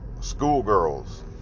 schoolgirls